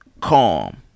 calm